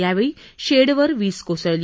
यावेळी शेड वर वीज कोसळली